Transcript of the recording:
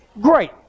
great